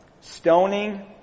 stoning